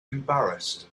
embarrassed